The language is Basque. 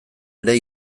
ere